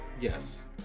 yes